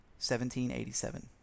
1787